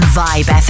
vibe